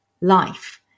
life